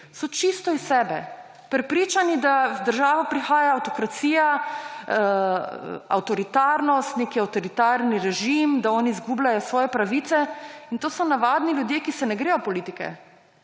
so čisto iz sebe, prepričani, da v državo prihaja avtokracija, avtoritarnost, nek avtoritarni režim, da oni izgubljajo svoje pravice. In to so navadni ljudje, ki se ne gredo politike.